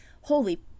Holy